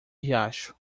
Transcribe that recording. riacho